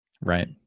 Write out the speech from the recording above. Right